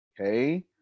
Okay